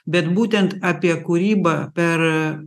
bet būtent apie kūrybą per